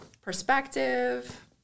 perspective